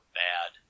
bad